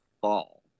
fall